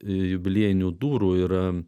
jubiliejinių durų yra